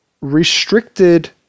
restricted